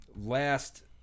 last